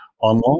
online